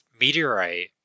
meteorite